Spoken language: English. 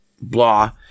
blah